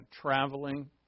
traveling